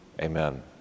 Amen